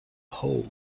hole